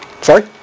sorry